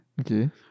Okay